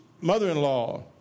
mother-in-law